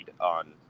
on